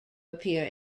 appear